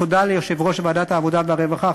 תודה ליושב-ראש ועדת העבודה והרווחה,